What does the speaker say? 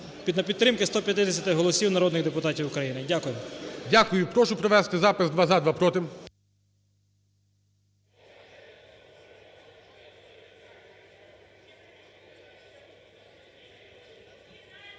для підтримки 150 голосів народних депутатів України. Дякую. ГОЛОВУЮЧИЙ. Дякую. Прошу провести запис: два – за, два – проти.